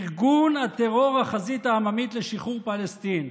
ארגון הטרור החזית העממית לשחרור פלסטין.